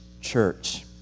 church